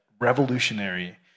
revolutionary